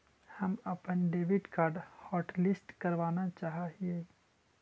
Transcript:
हम अपन debit card hotlist करावाना चाहा हियई